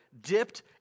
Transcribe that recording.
dipped